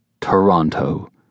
Toronto